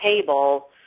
table